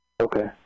Okay